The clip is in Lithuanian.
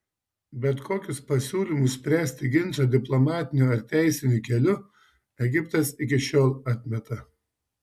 bet kokius pasiūlymus spręsti ginčą diplomatiniu ar teisiniu keliu egiptas iki šiol atmeta